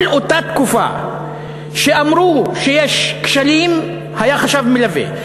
כל אותה תקופה שאמרו שיש כשלים היה חשב מלווה,